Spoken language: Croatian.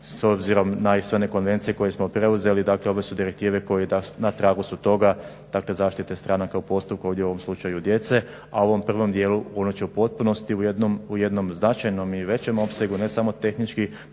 s obzirom i na sve one konvencije koje smo preuzeli. Dakle ovo su direktive koje na tragu su toga, dakle zaštite stranaka u postupku ovdje u ovom slučaju djece a u ovom prvom djelu ono će u potpunosti u jednom značajnom i većem opsegu ne samo tehnički